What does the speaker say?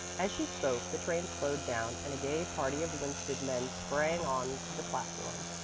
as she spoke, the train slowed down and a gay party of winsted men sprang on to the platform,